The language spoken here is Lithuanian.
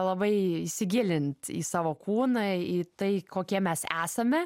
labai įsigilint į savo kūną į tai kokie mes esame